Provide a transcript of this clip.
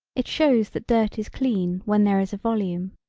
it shows that dirt is clean when there is a volume.